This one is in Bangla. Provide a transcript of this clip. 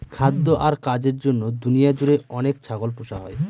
খাদ্য আর কাজের জন্য দুনিয়া জুড়ে অনেক ছাগল পোষা হয়